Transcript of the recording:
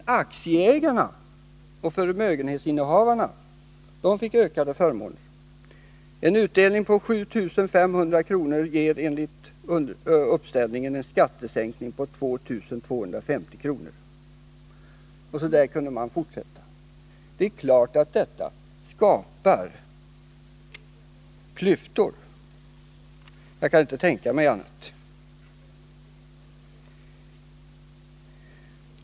Aktieägarna och förmögenhetsinnehavarna fick emellertid ökade förmåner. En utdelning på 7 500 kr. ger enligt uppställningen en skattesänkning på 2 250 kr. Så där kunde man fortsätta. Det är klart att detta skapar klyftor. Jag kan inte tänka mig annat.